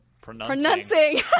Pronouncing